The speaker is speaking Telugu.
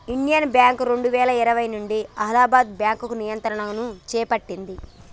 ఇండియన్ బ్యాంక్ రెండువేల ఇరవై నుంచి అలహాబాద్ బ్యాంకు నియంత్రణను చేపట్టింది